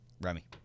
Remy